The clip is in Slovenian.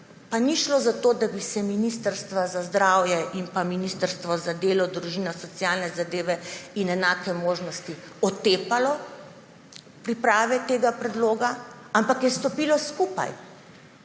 pa ni šlo za to, da bi se Ministrstvo za zdravje in Ministrstvo za delo, družino, socialne zadeve in enake možnosti otepalo priprave tega predloga, ampak sta